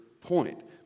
point